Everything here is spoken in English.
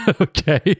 okay